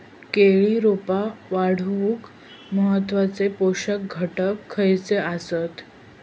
केळी रोपा वाढूक महत्वाचे पोषक घटक खयचे आसत?